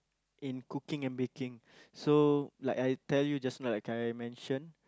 in cooking and baking so like I tell you just now like I mention